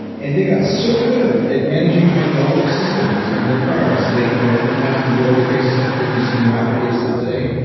and they got so good at managing hydraulic systems in their cars so they could go up and down and do all the crazy stuff that you see in rap videos still today,